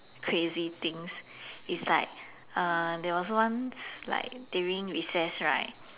crazy things is like uh there was once like during recess right